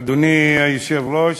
אדוני היושב-ראש,